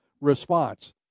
response